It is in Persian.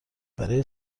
برای